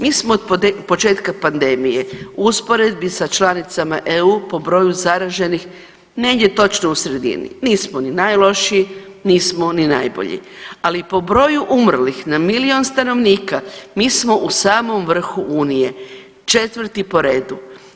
Mi smo od početka pandemije u usporedbi sa članicama EU po broju zaraženih negdje točno u sredini, nismo ni najlošiji, nismo ni najbolji, ali po broju umrlih na milijun stanovnika mi smo u samom vrhu unije, 4. po redu.